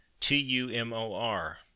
T-U-M-O-R